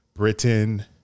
Britain